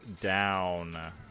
down